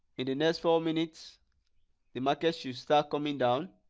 in the next four minutes the market should start coming down